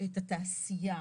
את התעשייה,